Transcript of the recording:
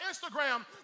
Instagram